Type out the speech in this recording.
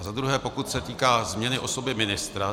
A za druhé, pokud se týká změny osoby ministra.